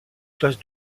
place